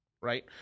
right